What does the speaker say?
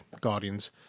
Guardians